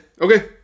okay